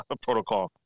protocol